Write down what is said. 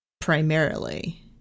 primarily